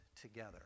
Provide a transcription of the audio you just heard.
together